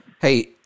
Hey